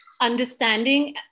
understanding